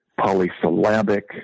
polysyllabic